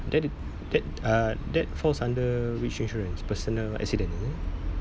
that tha~ that uh that falls under which insurance personal accident is it